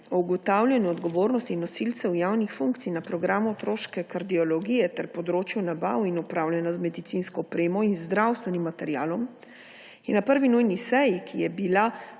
o ugotavljanju odgovornosti nosilcev javnih funkcij na programu otroške kardiologije ter področju nabav in upravljanja z medicinsko opremo in zdravstvenim materialom je na prvi nujni seji, ki je bila